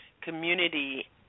community